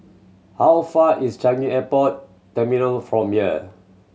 how far is Changi Airport Terminal from here